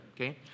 okay